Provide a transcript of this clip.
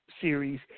series